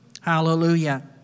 Hallelujah